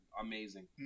amazing